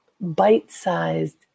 bite-sized